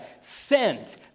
sent